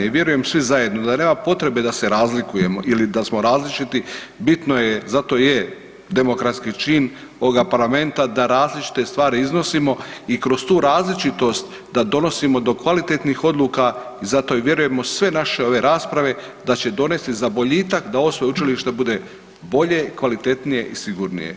I vjerujem svi zajedno da nema potrebe da se razlikujemo ili da smo različiti, bitno je, zato je demokratski čin ovoga parlamenta da različite stvari iznosimo i kroz tu različitost da donosimo do kvalitetnih odluka i zato i vjerujemo u sve ove naše rasprave da će donesti za boljitak da ovo sveučilište bude bolje i kvalitetnije i sigurnije.